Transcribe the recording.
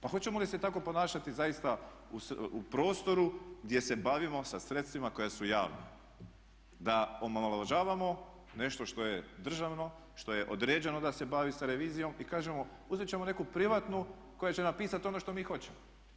Pa hoćemo li se tako ponašati zaista u prostoru gdje se bavimo sa sredstvima koja su javna, da omalovažavamo nešto što je državno, što je određeno da se bavi sa revizijom i kažemo uzet ćemo neku privatnu koja će napisati ono što mi hoćemo.